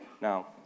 now